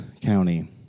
county